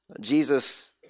Jesus